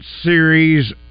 series